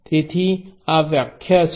તેથી આ વ્યાખ્યા છે